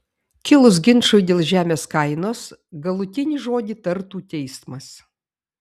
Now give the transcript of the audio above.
kilus ginčui dėl žemės kainos galutinį žodį tartų teismas